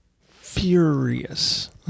furious